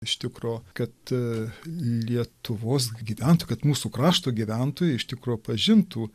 iš tikro kad lietuvos gyventojų kad mūsų krašto gyventojai iš tikro pažintų